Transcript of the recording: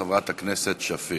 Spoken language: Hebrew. חברת הכנסת שפיר.